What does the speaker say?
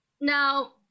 now